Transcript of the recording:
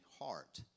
heart